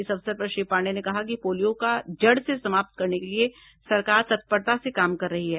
इस अवसर पर श्री पाण्डेय ने कहा कि पोलियो का जड़ से समाप्त करने के लिये सरकार तत्परता से काम कर रही है